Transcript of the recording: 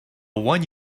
one